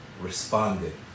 responded